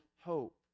hope